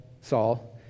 Saul